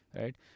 right